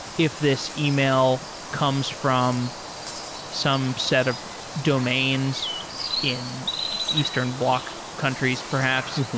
if this email comes from some set of domains in eastern bloc countries perhaps,